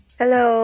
hello